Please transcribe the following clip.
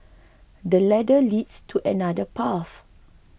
this ladder leads to another path